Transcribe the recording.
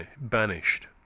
banished